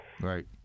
right